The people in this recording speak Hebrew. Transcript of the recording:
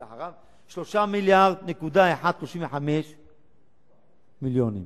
שלאחריו, 3 מיליארד ו-135 מיליונים.